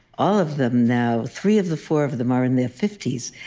all of them now, three of the four of of them are in their fifty s,